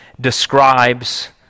describes